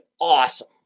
awesome